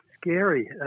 scary